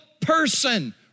person